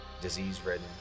disease-ridden